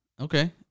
Okay